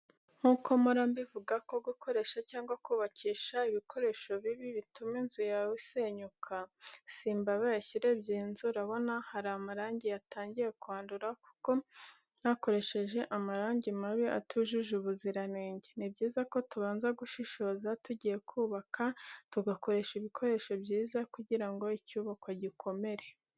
Nk'uko mpora mbivuga ko gukoresha cyangwa kubakisha ibikoresho bibi bituma inzu yawe isenyuka, simba mbabeshya. Urebye iyi nzu, urabona hari amarangi yatangiye kwandura kuko bakoresheje amarangi mabi atujuje ubuziranenge. Ni byiza ko tubanza gushishoza tugiye kubaka tugakoresha ibikoresho byiza kugira ngo icyubakwa gikomere.